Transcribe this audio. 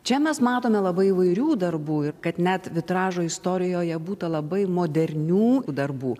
čia mes matome labai įvairių darbų ir kad net vitražo istorijoje būta labai modernių darbų